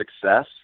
success